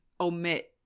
omit